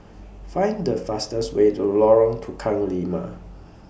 Find The fastest Way to Lorong Tukang Lima